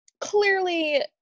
clearly –